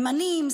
ימנים,